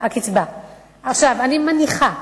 אני מניחה,